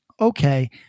Okay